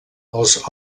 els